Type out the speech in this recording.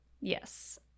Yes